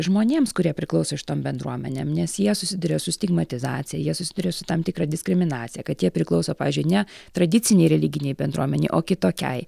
žmonėms kurie priklauso šitom bendruomenėm nes jie susiduria su stigmatizacija jie susiduria su tam tikra diskriminacija kad jie priklauso pavyzdžiui ne tradicinei religinei bendruomenei o kitokiai